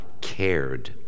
cared